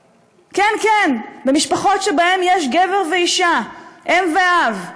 כן, כן, במשפחות שבהן יש גבר ואישה, אם ואב.